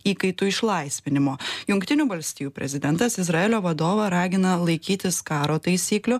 įkaitų išlaisvinimo jungtinių valstijų prezidentas izraelio vadovą ragina laikytis karo taisyklių